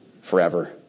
forever